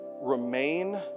Remain